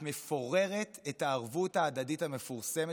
את מפוררת את הערבות ההדדית המפורסמת